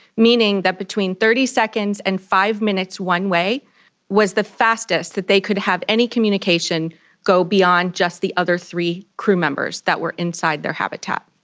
meaning that between thirty seconds and five minutes one way was the fastest that they could have any communication go beyond just the other three crew members that were inside their habitat.